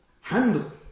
handle